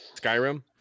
Skyrim